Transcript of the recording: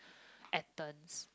Athens